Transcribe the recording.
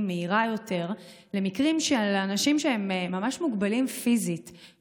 מהירה יותר למקרים לאנשים שהם ממש מוגבלים פיזית,